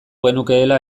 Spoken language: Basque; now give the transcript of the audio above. genukeela